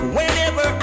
Whenever